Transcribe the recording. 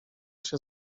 się